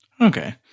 Okay